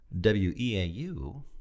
W-E-A-U